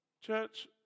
Church